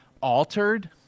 altered